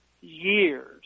years